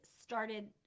started